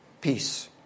peace